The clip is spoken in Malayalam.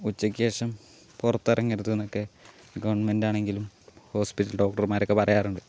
ഉച്ചയ്ക്കുശേഷം പുറത്തിറങ്ങരുത് എന്നൊക്കെ ഗവൺമെന്റ് ആണെങ്കിലും ഹോസ്പിറ്റലിലെ ഡോക്ടർമാർ ഒക്കെ പറയാറുണ്ട്